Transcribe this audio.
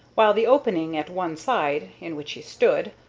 while the opening at one side, in which he stood,